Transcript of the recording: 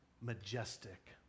majestic